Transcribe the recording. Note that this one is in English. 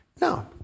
no